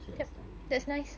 so that's the idea